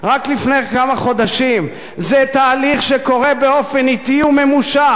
רק לפני כמה חודשים: זה תהליך שקורה באופן אטי וממושך.